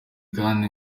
kandi